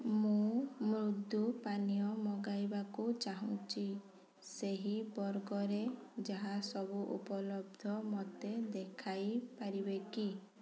ମୁଁ ମୃଦୁ ପାନୀୟ ମଗାଇବାକୁ ଚାହୁଁଛି ସେହି ବର୍ଗରେ ଯାହା ସବୁ ଉପଲବ୍ଧ ମୋତେ ଦେଖାଇ ପାରିବେ କି